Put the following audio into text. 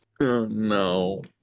no